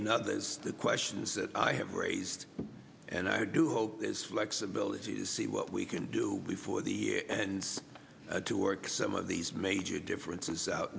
and others the questions that i have raised and i do hope there's flexibility to see what we can do before the here and to work some of these major differences out